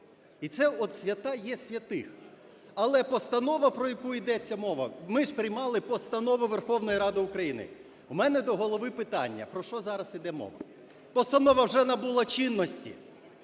І це, от, свята є святих. Але постанова, про яку іде мова, ми ж приймали постанову Верховної Ради України, в мене до Голови питання: про що зараз іде мова? Постанова вже набула чинності,